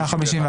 רוויזיה.